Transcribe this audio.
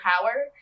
power